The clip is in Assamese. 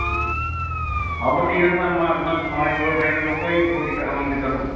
হ'ব ঠিক আছে মই আপোনাক সহায় কৰিব পাৰিলে নথৈ উপকৃত আনন্দিত হ'ম